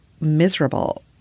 miserable